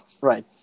Right